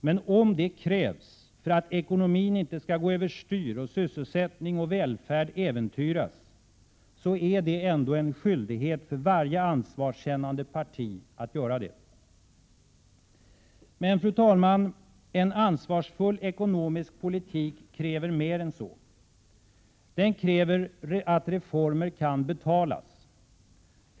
Men om det krävs för att ekonomin inte skall gå över styr och sysselsättning och välfärd äventyras, så är det ändå en skyldighet för varje ansvarskännande parti att göra det. Men, fru talman, en ansvarsfull ekonomisk politik kräver mer än så. Den kräver att reformer kan betalas.